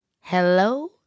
Hello